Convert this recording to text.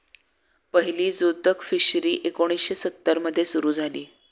पहिली जोतक फिशरी एकोणीशे सत्तर मध्ये सुरू झाली